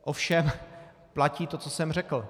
Ovšem platí to, co jsem řekl.